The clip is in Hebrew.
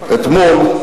אתמול,